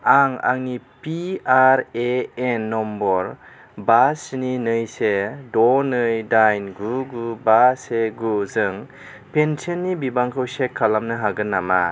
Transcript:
आं आंनि PRAN number बा स्नि नै से द' नै दाइन गु गु बा से गु जों पेन्सननि बिबांखौ चेक खालामनो हागोन नामा